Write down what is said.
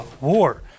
war